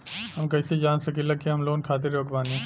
हम कईसे जान सकिला कि हम लोन खातिर योग्य बानी?